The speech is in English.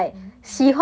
mm hmm